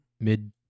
mid